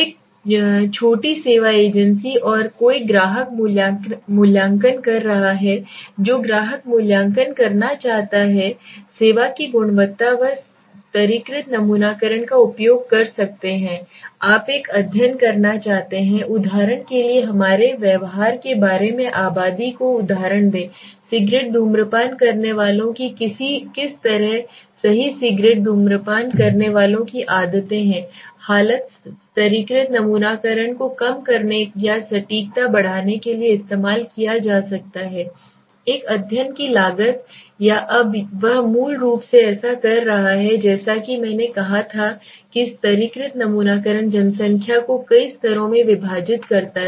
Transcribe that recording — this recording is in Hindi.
एक छोटी सेवा एजेंसी और कोई ग्राहक मूल्यांकन कर रहा है जो ग्राहक मूल्यांकन करना चाहता है सेवा की गुणवत्ता वह स्तरीकृत नमूनाकरण का उपयोग कर सकते हैं आप एक अध्ययन करना चाहते हैं उदाहरण के लिए हमारे व्यवहार के बारे में आबादी को उदाहरण दें सिगरेट धूम्रपान करने वालों की किस तरह सही सिगरेट धूम्रपान करने वालों की आदतें हैं हालत स्तरीकृत नमूनाकरण को कम करने या सटीकता बढ़ाने के लिए इस्तेमाल किया जा सकता है एक अध्ययन की लागत या अब वह मूल रूप से ऐसा कर रहा है जैसा कि मैंने कहा था कि स्तरीकृत नमूनाकरण जनसंख्या को कई स्तरों में विभाजित करता है